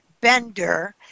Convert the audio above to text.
Bender